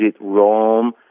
Rome